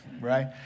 right